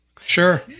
Sure